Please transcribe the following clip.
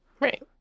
right